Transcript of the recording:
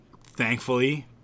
thankfully